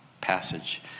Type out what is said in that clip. passage